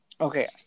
okay